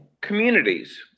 communities